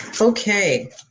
Okay